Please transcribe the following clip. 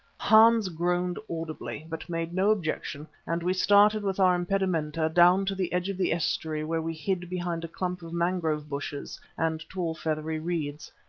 hans groaned audibly, but made no objection and we started with our impedimenta down to the edge of the estuary where we hid behind a clump of mangrove bushes and tall, feathery reeds.